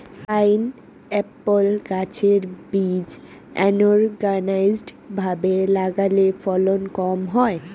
pineapple গাছের বীজ unorganised ভাবে লাগালে ফলন কম হয়